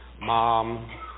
mom